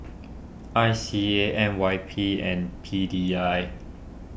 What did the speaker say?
I C A N Y P and P D I